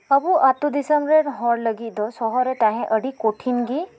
ᱟᱵᱚ ᱟᱛᱩ ᱫᱤᱥᱚᱢ ᱨᱮᱱ ᱦᱚᱲ ᱞᱟᱜᱤᱜ ᱫᱚ ᱥᱚᱦᱚᱨ ᱨᱮ ᱛᱟᱦᱮᱸ ᱟᱰᱤ ᱠᱚᱴᱷᱤᱱ ᱜᱮ